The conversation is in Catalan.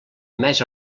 més